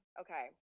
okay